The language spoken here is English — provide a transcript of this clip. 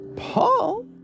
Paul